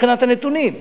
מבחינת הנתונים.